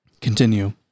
continue